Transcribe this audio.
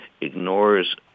ignores